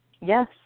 Yes